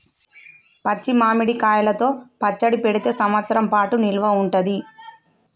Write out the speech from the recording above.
పచ్చి మామిడి కాయలతో పచ్చడి పెడితే సంవత్సరం పాటు నిల్వ ఉంటది